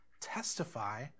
testify